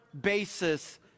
basis